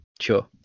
Sure